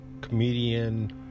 comedian